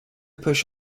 push